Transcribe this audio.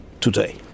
today